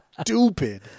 stupid